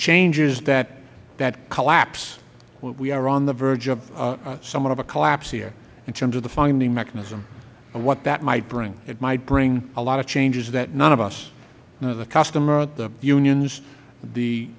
changes that collapse we are on the verge of somewhat of a collapse here in terms of the funding mechanism and what that might bring it might bring a lot of changes that none of us the customer the unions the